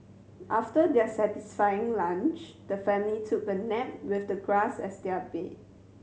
after their satisfying lunch the family took a nap with the grass as their bed